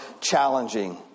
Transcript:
challenging